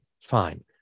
fine